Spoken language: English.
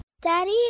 Daddy